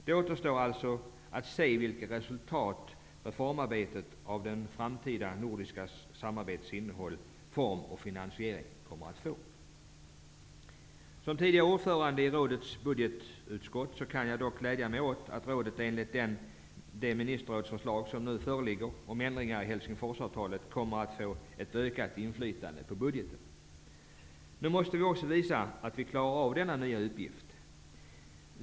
Det återstår alltså att se vilket resultat reformarbetet avseende det framtida nordiska samarbetets innehåll, form och finansiering kommer att få. Som tidigare ordförande i rådets budgetutskott kan jag dock glädja mig åt att rådet, enligt de ministerrådsförslag som nu föreligger om ändringar i Helsingforsavtalet, kommer att få ett ökat inflytande på budgeten. Nu måste vi också visa att vi klarar av denna nya uppgift.